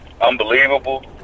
unbelievable